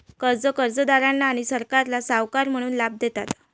कर्जे कर्जदारांना आणि सरकारला सावकार म्हणून लाभ देतात